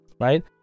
right